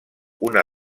una